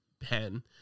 pen